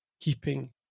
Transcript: keeping